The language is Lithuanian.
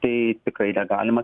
tai tikrai negalima